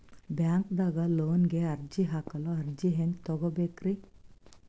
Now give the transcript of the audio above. ಬ್ಯಾಂಕ್ದಾಗ ಲೋನ್ ಗೆ ಅರ್ಜಿ ಹಾಕಲು ಅರ್ಜಿ ಹೆಂಗ್ ತಗೊಬೇಕ್ರಿ?